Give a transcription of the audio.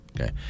okay